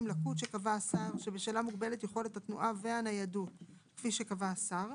- לקות שקבע השר שבשלה מוגבלת יכולת התנועה והניידות כפי שקבע השר,